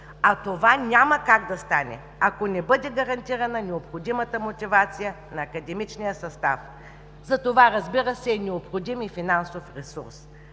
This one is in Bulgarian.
а това няма как да стане, ако не бъде гарантирана необходимата мотивация на академичния състав. Затова, разбира се, е необходим и финансов ресурс.